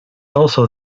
also